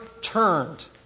turned